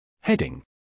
Heading